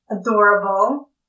adorable